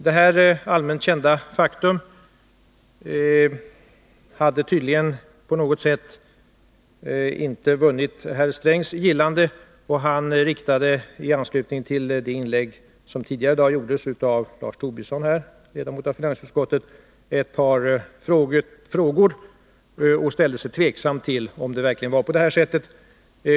Detta allmänt kända faktum hade tydligen på något sätt inte vunnit herr Strängs gillande. Han ställde i anslutning till ett inlägg som tidigare i dag gjordes av ledamoten i finansutskottet Lars Tobisson ett par frågor och var tveksam om det verkligen förhåller sig på detta sätt.